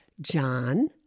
John